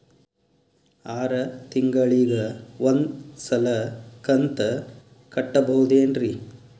ಆರ ತಿಂಗಳಿಗ ಒಂದ್ ಸಲ ಕಂತ ಕಟ್ಟಬಹುದೇನ್ರಿ?